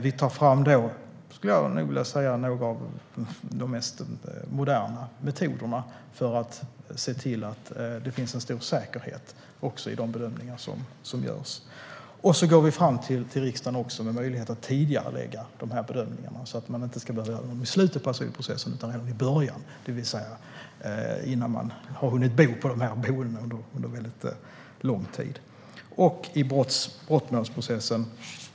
Vi tar fram några av de mest moderna metoderna för att se till att det finns en stor säkerhet i de bedömningar som görs. Vi går också fram till riksdagen med möjlighet att tidigarelägga bedömningarna så att de inte görs i slutet av asylprocessen utan i början, det vill säga innan man har hunnit bo på boendena under lång tid. Sedan var det frågan om brottmålsprocessen.